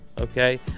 Okay